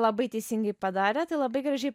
labai teisingai padarė tai labai gražiai